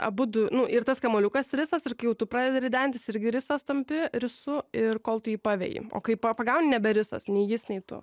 abudu nu ir tas kamuoliukas risas ir kai jau tu pradedi ridentis irgi risas tampi risu ir kol tu jį paveji o kai pa pagauni nebe risas nei jis nei tu